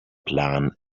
plan